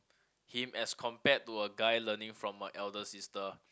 him as compared to a guy learning from a elder sister